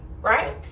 right